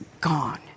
gone